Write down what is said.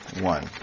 one